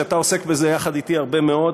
שאתה עוסק בזה יחד אתי הרבה מאוד,